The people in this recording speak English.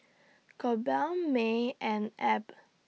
Colby May and Abb